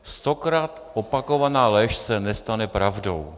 Stokrát opakovaná lež se nestane pravdou.